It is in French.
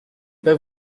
pas